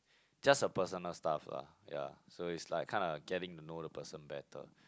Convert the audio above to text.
just a personal stuff lah ya so is like kind of getting to know the person better